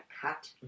cut